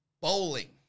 Bowling